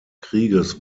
krieges